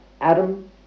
Adam